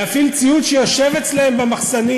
להפעיל ציוד שיושב אצלם במחסנים,